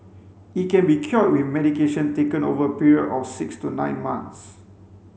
it can be cured with medication taken over a period of six to nine months